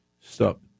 stop